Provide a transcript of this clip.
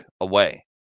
away